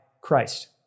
Christ